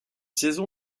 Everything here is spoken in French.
saison